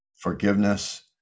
forgiveness